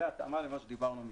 זאת התאמה למה שדיברנו קודם.